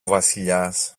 βασιλιάς